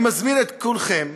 אני מזמין את כולכם,